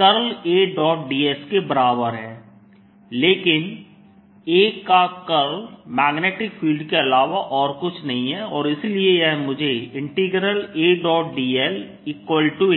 Adl Ads के बराबर है लेकिन A का कर्ल मैग्नेटिक फील्ड के अलावा और कुछ नहीं है और इसलिए यह मुझे AdlBds देता है